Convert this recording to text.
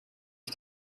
ich